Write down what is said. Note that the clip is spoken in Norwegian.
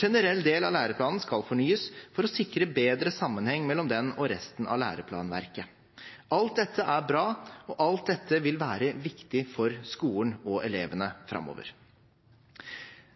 Generell del av læreplanen skal fornyes for å sikre bedre sammenheng mellom den og resten av læreplanverket. Alt dette er bra, og alt dette vil være viktig for skolen og elevene framover.